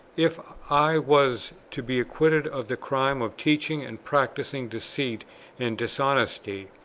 if i was to be acquitted of the crime of teaching and practising deceit and dishonesty,